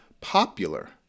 popular